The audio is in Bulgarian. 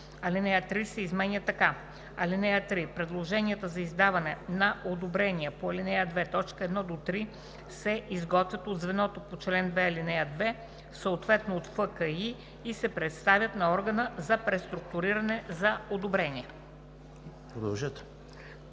Алинея 3 се изменя така: „(3) Предложенията за издаване на одобрения по ал. 2, т. 1 – 3 се изготвят от звеното по чл. 2, ал. 2, съответно от ФКИ, и се представят на органа за преструктуриране за одобрение.“